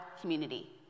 community